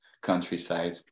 countryside